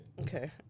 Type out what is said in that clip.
okay